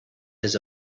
his